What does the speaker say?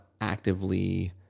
actively